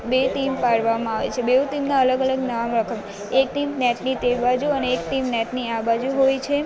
બે ટીમ પાડવામાં આવે છે બેય ટીમનાં અલગ અલગ નામ એક ટીમ નેટની તે બાજુ અને એક ટીમ નેટની આ બાજુ હોય છે